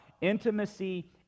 intimacy